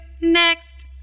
Next